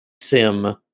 sim